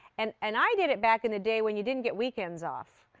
and and i did it back in the day when you didn't get weekends off.